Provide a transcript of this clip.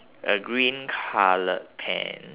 a green coloured pants